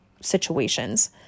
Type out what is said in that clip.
situations